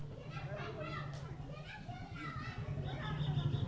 Bank থেকে loan পেতে গেলে কোনো কিছু বন্ধক রাখতে হয় কি?